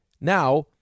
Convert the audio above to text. Now